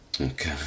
Okay